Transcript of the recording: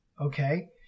okay